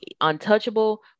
untouchable